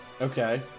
okay